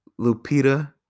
Lupita